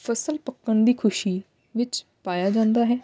ਫਸਲ ਪੱਕਣ ਦੀ ਖੁਸ਼ੀ ਵਿੱਚ ਪਾਇਆ ਜਾਂਦਾ ਹੈ